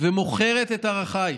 ומוכרת את ערכייך.